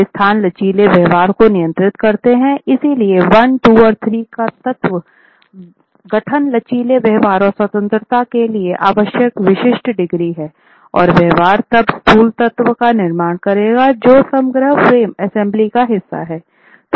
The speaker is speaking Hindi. वे स्थान लचीले व्यवहार को नियंत्रित करते हैं इसलिए 1 2 और 3 का तत्व गठन लचीले व्यवहार और स्वतंत्रता के लिए आवश्यक विशिष्ट डिग्री हैं और व्यवहार तब स्थूल तत्व का निर्माण करेगा जो समग्र फ्रेम असेंबली का हिस्सा है